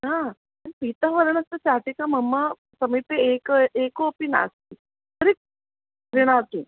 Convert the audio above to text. हा तत् पीतः वर्णस्य शाटिका मम समीपे एक एकोपि नास्ति तर्हि क्रीणातु